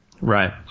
Right